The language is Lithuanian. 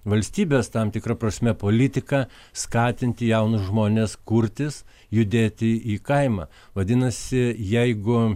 valstybės tam tikra prasme politiką skatinti jaunus žmones kurtis judėti į kaimą vadinasi jeigu